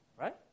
Right